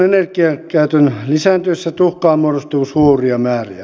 puun energiakäytön lisääntyessä tuhkaa muodostuu suuria määriä